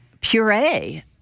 puree